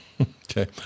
okay